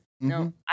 No